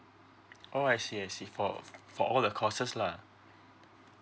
oh I see I see for for all the courses lah